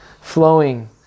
flowing